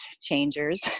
changers